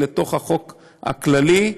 לחוק הכללי,